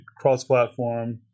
cross-platform